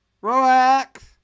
Relax